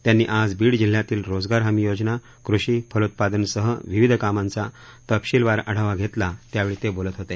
त्यांनी आज बीड जिल्ह्यातील रोजगार हमी योजना कृषी फलोत्पादनसह विविध कामांचा तपशीलवार आढावा घेतला त्यावेळी ते बोलत होते